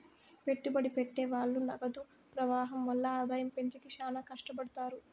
పెట్టుబడి పెట్టె వాళ్ళు నగదు ప్రవాహం వల్ల ఆదాయం పెంచేకి శ్యానా కట్టపడుతారు